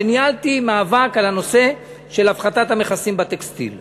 שניהלתי מאבק על הנושא של הפחתת המכסים בטקסטיל.